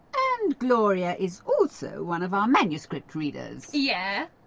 and gloria is also one of our manuscript readers. yeah.